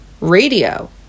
radio